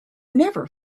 never